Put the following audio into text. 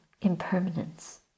impermanence